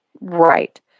Right